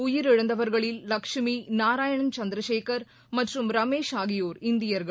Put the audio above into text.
உயிரிழந்தவர்களில் லட்சுமி நாராயண் சந்திரசேகர் மற்றும் ரமேஷ் ஆகியோர் இந்தியர்கள்